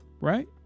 right